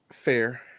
Fair